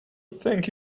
thank